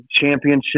championship